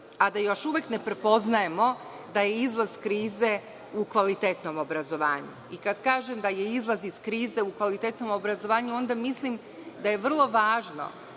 a da još uvek ne prepoznajemo i da je izlaz krize u kvalitetnom obrazovanju. Kada kažem da je izlaz iz krize u kvalitetnom obrazovanju, onda mislim da je vrlo važno